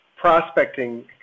Prospecting